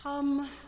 Come